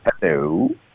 Hello